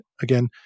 again